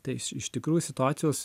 tai iš iš tikrųjų situacijos